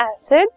acid